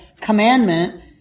commandment